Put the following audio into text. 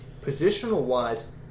positional-wise